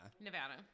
Nevada